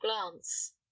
glance